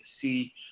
see